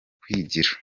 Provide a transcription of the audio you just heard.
kwigira